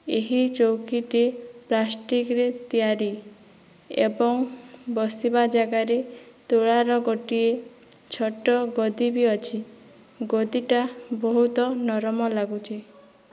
ଏହି ଚଉକିଟି ପ୍ଲାଷ୍ଟିକ୍ରେ ତିଆରି ଏବଂ ବସିବା ଜାଗାରେ ତୁଳାର ଗୋଟିଏ ଛୋଟ ଗଦିବି ଅଛି ଗଦିଟା ବହୁତ ନରମ ଲାଗୁଛି